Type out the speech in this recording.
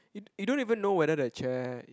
you you don't even know whether the chair